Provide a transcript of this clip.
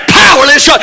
powerless